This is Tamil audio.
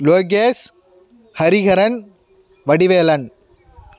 லோக்கேஷ் ஹரிஹரன் வடிவேலன்